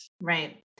Right